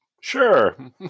Sure